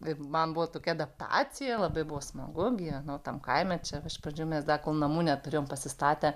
ir man buvo tokia adaptacija labai buvo smagu gyvenau tam kaime čia iš pradžių mes dar kol namų neturėjom pasistatę